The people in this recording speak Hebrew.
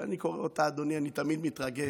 כשאני קורא אותה, אדוני, אני תמיד מתרגש,